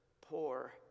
poor